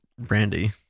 brandy